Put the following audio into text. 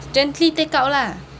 gently take out lah